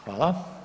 Hvala.